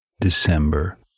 December